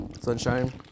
Sunshine